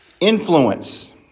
Influence